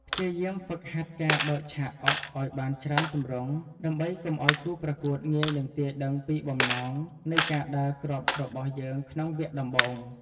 ព្យាយាមហ្វឹកហាត់ការបើកឆាកអុកឱ្យបានច្រើនទម្រង់ដើម្បីកុំឱ្យគូប្រកួតងាយនឹងទាយដឹងពីបំណងនៃការដើរគ្រាប់របស់យើងក្នុងវគ្គដំបូង។